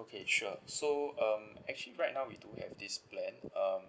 okay sure so um actually right now we do have this plan um